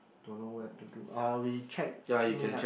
don't know where to do or we chat meet up